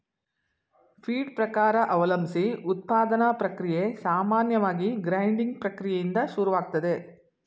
feed ಪ್ರಕಾರ ಅವಲಂಬ್ಸಿ ಉತ್ಪಾದನಾ ಪ್ರಕ್ರಿಯೆ ಸಾಮಾನ್ಯವಾಗಿ ಗ್ರೈಂಡಿಂಗ್ ಪ್ರಕ್ರಿಯೆಯಿಂದ ಶುರುವಾಗ್ತದೆ